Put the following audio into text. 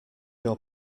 your